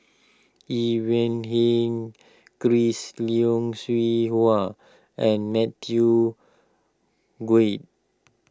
Ivan Heng Chris Yeo Siew Hua and Matthew Gui